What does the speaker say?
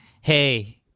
hey